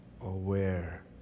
aware